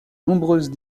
nombreuses